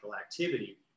activity